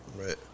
Right